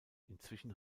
inzwischen